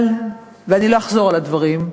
אני לא אחזור על הדברים,